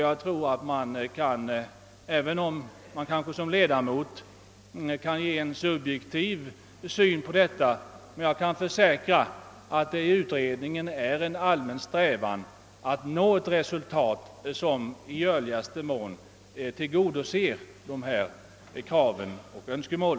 Som ledamot av utredningen har jag kanske en subjektiv syn på frågan, men jag kan försäkra att utredningen präglas av en allmän strävan att nå ett resultat som i görligaste mån tillgodoser dessa krav och önskemål.